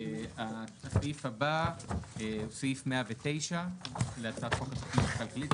הסעיף הבא הוא סעיף 109 להצעת חוק התוכנית הכלכלית,